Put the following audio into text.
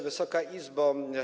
Wysoka Izbo!